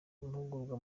amahugurwa